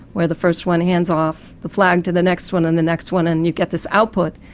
where the first one hands off the flag to the next one and the next one, and you get this output,